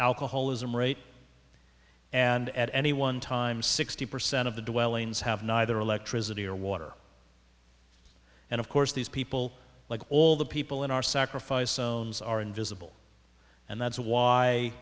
alcoholism rate and at any one time sixty percent of the developers have neither electricity or water and of course these people like all the people in our sacrifice omes are invisible and that's why